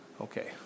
Okay